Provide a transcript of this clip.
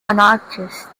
anarchists